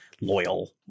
loyal